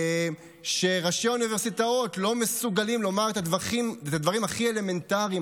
שראשי האוניברסיטאות לא מסוגלים לומר את הדברים הכי אלמנטריים,